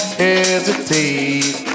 hesitate